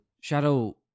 Shadow